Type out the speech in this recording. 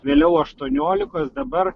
vėliau aštuoniolikos dabar